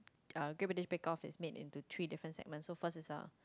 uh Great-British-Bake-Off is made into three different segments so first is a